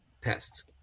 pests